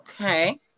Okay